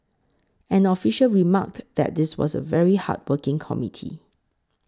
an official remarked that this was a very hardworking committee